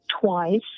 twice